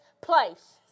place